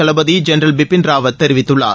தளபதி general Bipin Rawat தெரிவித்துள்ளார்